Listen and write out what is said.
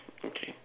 okay